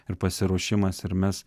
ir pasiruošimas ir mes